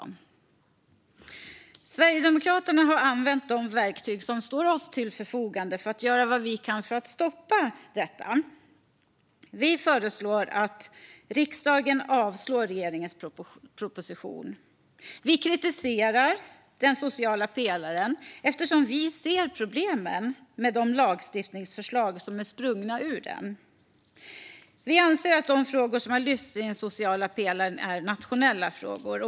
Vi i Sverigedemokraterna har använt de verktyg som står till vårt förfogande för att göra vad vi kan för att stoppa detta. Vi föreslår att riksdagen avslår regeringens proposition. Vi kritiserar den sociala pelaren eftersom vi ser problemen med de lagstiftningsförslag som är sprungna ur den. Vi anser att de frågor som lyfts i den sociala pelaren är nationella frågor.